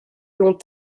long